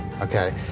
okay